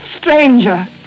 stranger